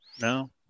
no